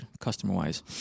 customer-wise